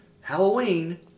Halloween